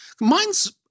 Mine's